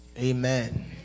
amen